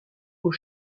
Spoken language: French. aux